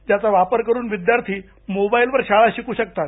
ज्यांचा वापर करून विद्यार्थी मोबाईलवर शाळा शिकू शकतात